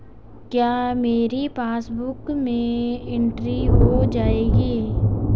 क्या मेरी पासबुक में एंट्री हो जाएगी?